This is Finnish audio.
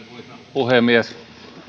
puhemies